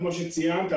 כמו שציינת,